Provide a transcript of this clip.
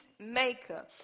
maker